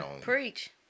Preach